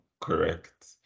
correct